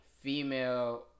female